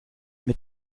mit